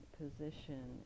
position